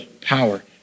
power